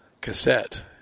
cassette